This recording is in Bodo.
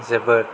जोबोद